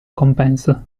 compenso